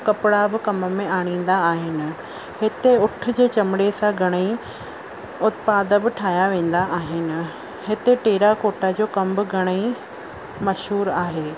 कपिड़ा बि कमु में आणींदा आहिनि हिते ऊठ जे चमड़े सां घणेई उत्पाद बि ठाहिया वेंदा आहिनि हिते टेराकोटा जो कमु बि घणेई मशहूर आहे